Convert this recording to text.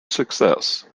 success